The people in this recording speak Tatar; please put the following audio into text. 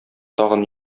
тагын